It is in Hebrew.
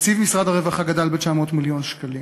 תקציב משרד הרווחה גדל ב-900 מיליון שקלים.